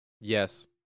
Yes